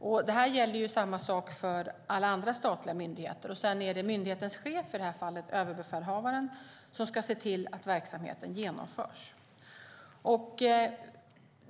Samma sak gäller för alla andra statliga myndigheter. Sedan är det myndighetens chef, i det här fallet överbefälhavaren, som ska se till att verksamheten genomförs.